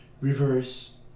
reverse